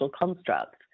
construct